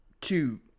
two